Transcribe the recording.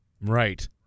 Right